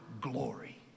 glory